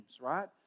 right